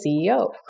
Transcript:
CEO